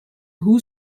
who